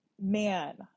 man